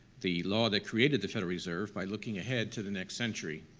the law that created the federal reserve by looking ahead to the next century.